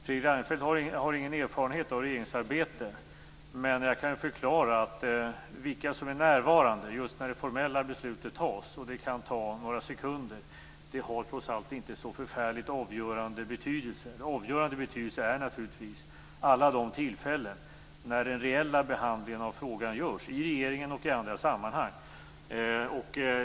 Fredrik Reinfeldt har ingen erfarenhet av regeringsarbete, men jag kan förklara att vilka som är närvarande när det formella beslutet fattas - vilket kan ta några sekunder - trots allt inte har så förfärligt avgörande betydelse. Av avgörande betydelse är naturligtvis alla de tillfällen när den reella behandlingen av frågan görs i regeringen och i andra sammanhang.